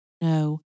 No